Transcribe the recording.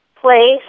place